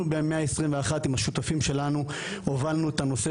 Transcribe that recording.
אנחנו ב- 121 עם השותפים שלנו הובלנו את הנושא,